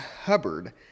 Hubbard